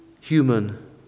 human